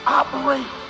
operate